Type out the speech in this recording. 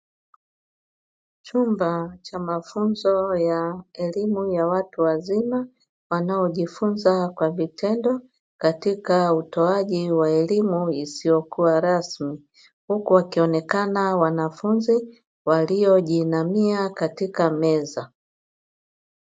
Chumba cha mafunzo ya elimu ya watu wazima, wanaojifunza kwa vitendo katika utoaji wa elimu isiyokua rasmi, huku wakionekana wanafunzi waliojiinamia katika meza.